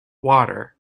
water